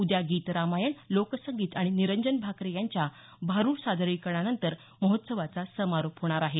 उद्या गीतरामायण लोकसंगीत आणि निरंजन भाकरे यांच्या भारूड सादरीकरणानंतर महोत्सवाचा समारोप होणार आहे